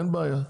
אין בעיה.